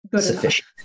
sufficient